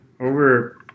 over